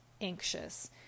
anxious